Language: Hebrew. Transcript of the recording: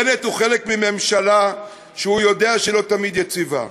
בנט הוא חלק מממשלה שהוא יודע שלא תמיד היא יציבה.